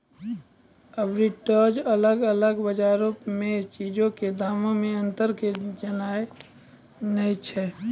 arbitrage अलग अलग बजारो मे चीजो के दामो मे अंतरो के जाननाय छै